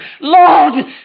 Lord